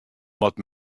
moat